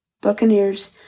buccaneers